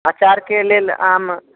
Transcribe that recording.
अचारके लेल आम